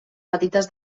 petites